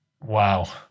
Wow